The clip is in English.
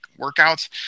workouts